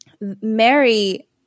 Mary